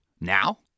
Now